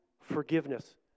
forgiveness